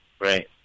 Right